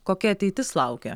kokia ateitis laukia